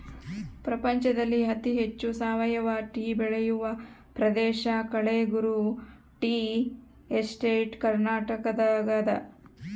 ಪ್ರಪಂಚದಲ್ಲಿ ಅತಿ ಹೆಚ್ಚು ಸಾವಯವ ಟೀ ಬೆಳೆಯುವ ಪ್ರದೇಶ ಕಳೆಗುರು ಟೀ ಎಸ್ಟೇಟ್ ಕರ್ನಾಟಕದಾಗದ